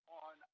on